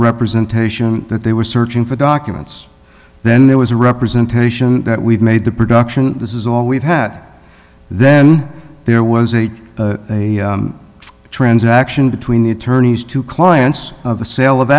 representation that they were searching for documents then there was a representation that we've made the production this is all we've had then there was a transaction between the attorneys to clients of the sale of